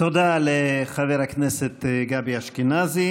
תודה לחבר הכנסת גבי אשכנזי